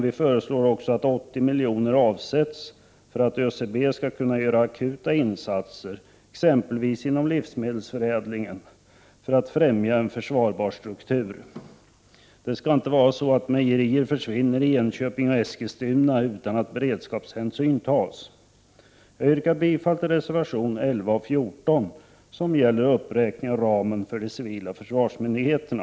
Vi föreslår att 80 miljoner avsätts för att ÖCB skall kunna göra akuta insatser exempelvis inom livsmedelsförädlingen för att främja en försvarbar struktur. Det skall inte vara så att mejerier försvinner i Enköping och Eskilstuna utan att beredskapshänsyn tas. Jag yrkar bifall till reservationerna 11 och 14 som gäller uppräkning av ramen för de civila försvarsmyndigheterna.